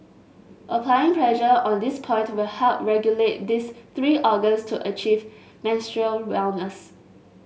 applying pressure on this point will help regulate these three organs to achieve menstrual wellness